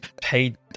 paid